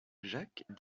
jacques